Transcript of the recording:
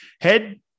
head